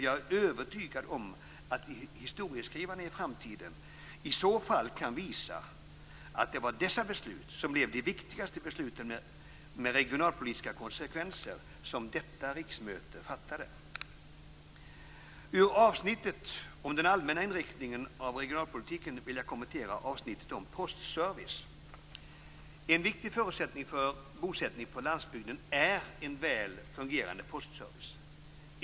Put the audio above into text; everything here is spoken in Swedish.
Jag är övertygad om att historieskrivarna i framtiden i så fall kan visa att det var dessa beslut som blev de viktigaste besluten med regionalpolitiska konsekvenser som detta riksmöte fattade. Ur avsnittet om den allmänna inriktningen av regionalpolitiken vill jag kommentera avsnittet om postservice. En viktig förutsättning för bosättning på landsbygden är en väl fungerande postservice.